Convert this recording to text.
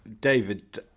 David